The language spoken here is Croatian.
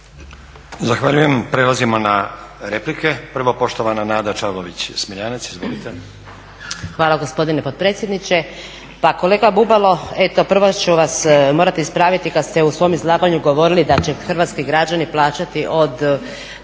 Zahvaljujem. Prelazimo na replike. Prvo poštovana Nada Čavlović Smiljanec, izvolite. **Čavlović Smiljanec, Nada (SDP)** Hvala gospodine potpredsjedniče. Pa kolega Bubalo, prva ću vas morati ispraviti kad ste u svom izlaganju govorili da će hrvatski građani plaćati od